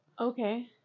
Okay